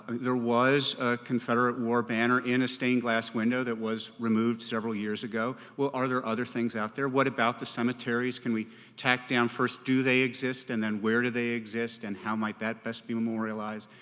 there was a confederate war banner in a stained glass window that was removed several years ago. well, are there other things out there? what about the cemeteries can we tack down first, do they exist and then where do they exist and how might that best be memorialized,